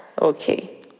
Okay